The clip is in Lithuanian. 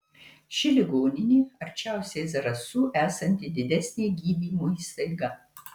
ši ligoninė arčiausiai zarasų esanti didesnė gydymo įstaiga